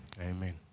Amen